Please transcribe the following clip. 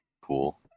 Cool